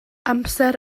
amser